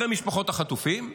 אחרי משפחות החטופים,